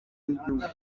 y’igihugu